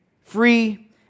free